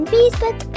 Facebook